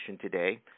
today